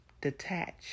detach